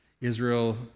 Israel